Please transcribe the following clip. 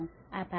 ખુબ ખુબ આભાર